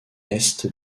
est